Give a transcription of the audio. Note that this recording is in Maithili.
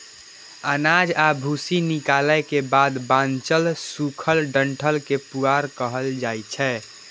अनाज आ भूसी निकालै के बाद बांचल सूखल डंठल कें पुआर कहल जाइ छै